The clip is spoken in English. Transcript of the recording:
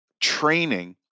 training